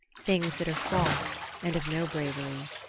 things that are false and of no bravery.